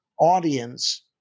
audience